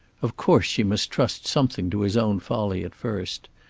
of course she must trust something to his own folly at first.